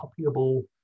copyable